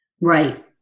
Right